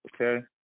Okay